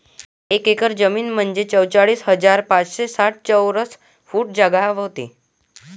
एक एकर जमीन म्हंजे त्रेचाळीस हजार पाचशे साठ चौरस फूट जागा व्हते